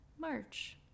March